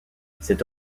cette